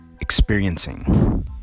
Experiencing